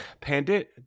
pandit